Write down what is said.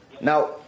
now